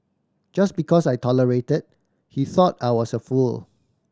just because I tolerated he thought I was a fool